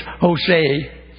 Jose